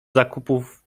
zakupów